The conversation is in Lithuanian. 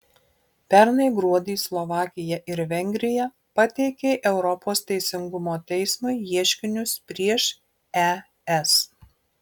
pernai gruodį slovakija ir vengrija pateikė europos teisingumo teismui ieškinius prieš es